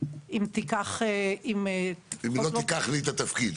אם לא תיקח לי את התפקיד.